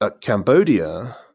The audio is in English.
Cambodia